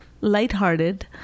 lighthearted